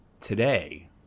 today